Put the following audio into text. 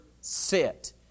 sit